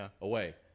away